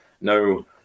No